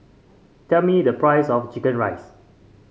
tell me the price of chicken rice